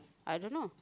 I don't know